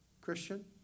Christian